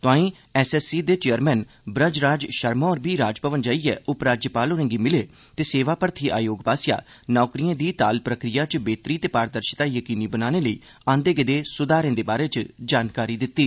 तोआई एसएससी दे चेयरमैन ब्रजराज शर्मा होरें बी राजभवन जाइयै उपराज्यपाल होरें गी मिले ते सेवा भर्थी आयोग आस्सेआ नौकरिए दी ताल प्रक्रिया च बेहतरी ते पारदर्शता जकीनी बनाने लेई आंदे गेदे सुधारें दे बारे च जानकारी दित्ती